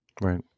Right